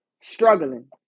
struggling